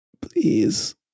please